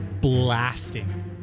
blasting